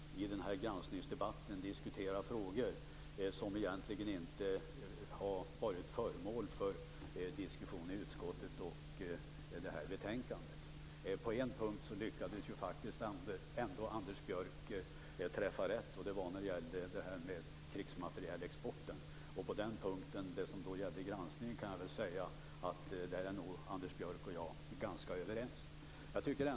I den här granskningsdebatten diskuterar han frågor som egentligen inte har varit föremål för diskussion i utskottet och i det här betänkandet. På en punkt lyckades faktiskt Anders Björck ändå träffa rätt. Det gällde krigsmaterielexporten. När det gäller granskningen av den är nog Anders Björck och jag ganska överens.